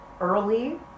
early